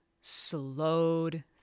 slowed